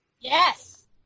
yes